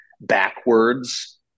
backwards